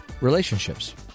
relationships